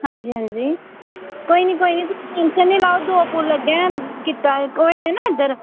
हां जी हां जी कोई निं तुस टैंशन निं लैओ दो पुल अग्गें कीता थ्होए दे ना इद्धर